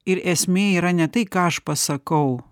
ir esmė yra ne tai ką aš pasakau